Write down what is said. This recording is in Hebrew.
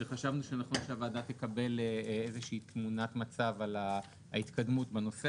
וחשבנו שנכון שהוועדה תקבל איזושהי תמונת מצב על ההתקדמות בנושא